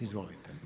Izvolite.